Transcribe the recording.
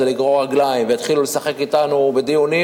לגרור רגליים ויתחילו לשחק אתנו בדיונים,